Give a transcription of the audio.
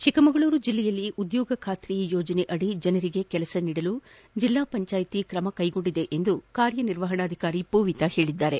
ಚಿಕ್ಕಮಗಳೂರು ಜಿಲ್ಲೆಯಲ್ಲಿ ಉದ್ಯೋಗ ಖಾತ್ರಿ ಯೋಜನೆಯಡಿ ಜನರಿಗೆ ಕೆಲಸ ನೀಡಲು ಜಿಲ್ಲಾ ಪಂಚಾಯಿತಿ ಕ್ರಮ ಕೈಗೊಂಡಿದೆ ಎಂದು ಕಾರ್ಯನಿರ್ವಾಹಣಾಧಿಕಾರಿ ಪೂವಿತ ಹೇಳಿದ್ದಾರೆ